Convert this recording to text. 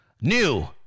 New